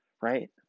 right